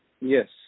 Yes